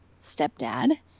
stepdad